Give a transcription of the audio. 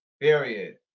Period